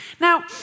Now